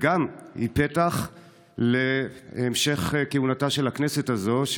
והיא גם פתח להמשך כהונתה של הכנסת הזאת,